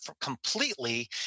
completely